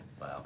Wow